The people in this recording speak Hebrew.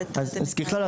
--- ככלל,